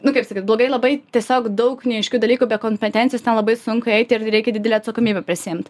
nu kaip sakyt blogai labai tiesiog daug neaiškių dalykų be kompetencijos ten labai sunku eiti ir reikia didelę atsakomybę prisiimt